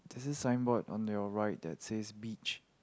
this is signboard on your right that is beach